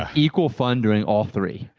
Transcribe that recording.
ah equal fun doing all three.